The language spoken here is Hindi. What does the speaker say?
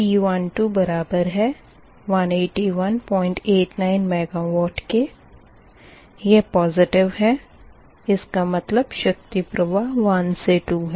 P12 बराबर है 18189 मेगावाट के यह पोसिटिव है इसका मतलब शक्ति प्रवाह 1 से 2 है